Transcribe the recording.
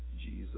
Jesus